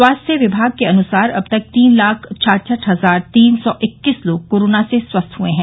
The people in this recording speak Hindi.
स्वास्थ्य विभाग के अनुसार अब तक तीन लाख छाछठ हजार तीन सौ इक्कीस लोग कोरोना से स्वस्थ हुए है